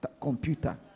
computer